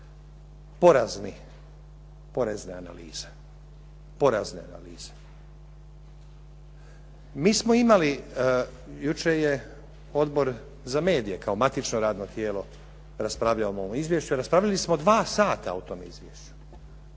analize, porazne analize. Mi smo imali, jučer je Odbor za medije kao matično radno tijelo raspravljao o ovom izvješću. Raspravljali smo dva sata o tom izvješću.